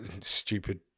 Stupid